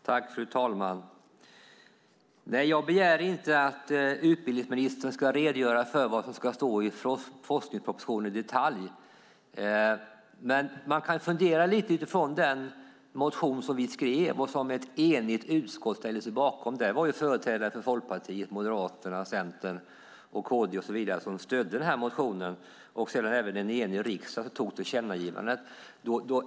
Fru talman! Nej, jag begär inte att utbildningsministern ska redogöra i detalj för vad som ska stå i forskningspropositionen. Men man kan fundera lite utifrån den motion som vi skrev och som ett enigt utskott ställde sig bakom. Det var företrädare för Folkpartiet, Moderaterna, Centern, KD och så vidare som stödde den här motionen. Sedan var det en enig riksdag som antog tillkännagivandet.